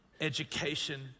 Education